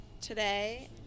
today